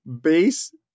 base